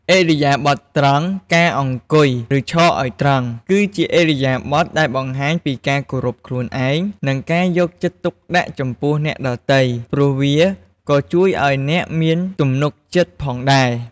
ឥរិយាបថត្រង់ ការអង្គុយ ឬឈរឲ្យត្រង់ គឺជាឥរិយាបថដែលបង្ហាញពីការគោរពខ្លួនឯង និងការយកចិត្តទុកដាក់ចំពោះអ្នកដទៃ ព្រោះវាក៏ជួយឲ្យអ្នកមានទំនុកចិត្តផងដែរ។